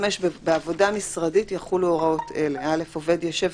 בעבודה משרדית יחולו הוראות אלה: עובד ישב,